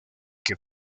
que